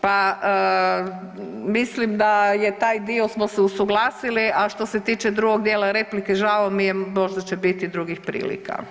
Pa mislim da je taj dio smo se usuglasili, a što se tiče drugog dijela replike žao mi je, možda će biti drugih prilika.